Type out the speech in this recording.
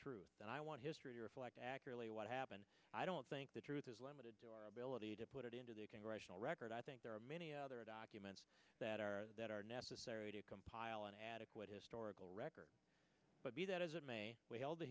truth and i want history to reflect accurately what happened i don't think the truth is limited to our ability to put it into the congressional record i think there are many other documents that are that are necessary to compile an adequate historical record but be that as it may we held he